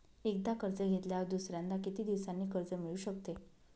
एकदा कर्ज घेतल्यावर दुसऱ्यांदा किती दिवसांनी कर्ज मिळू शकते?